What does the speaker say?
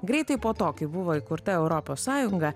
greitai po to kai buvo įkurta europos sąjunga